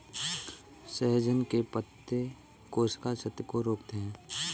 सहजन के पत्ते कोशिका क्षति को रोकते हैं